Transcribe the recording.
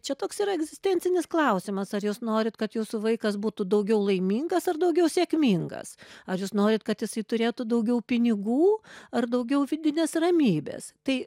čia toks yra egzistencinis klausimas ar jūs norit kad jūsų vaikas būtų daugiau laimingas ar daugiau sėkmingas ar jūs norit kad jisai turėtų daugiau pinigų ar daugiau vidinės ramybės tai